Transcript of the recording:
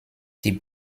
die